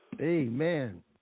Amen